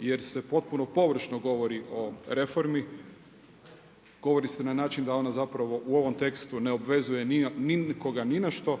jer se potpuno površno govori o reformi. Govori se na način da ona zapravo u ovom tekstu ne obvezuje nikoga ni na što